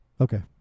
Okay